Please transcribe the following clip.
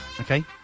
okay